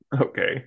okay